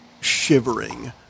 shivering